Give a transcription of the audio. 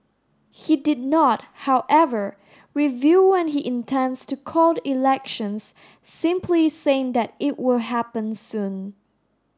he did not however reveal when he intends to call elections simply saying that it will happen soon